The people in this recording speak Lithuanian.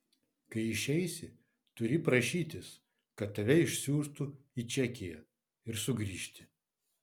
kai išeisi turi prašytis kad tave išsiųstų į čekiją ir sugrįžti